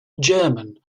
german